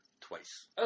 twice